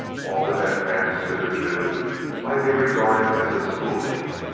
all that had passed hitherto might be regarded as his schooling.